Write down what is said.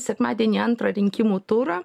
sekmadienį antrą rinkimų turą